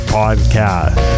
podcast